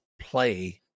play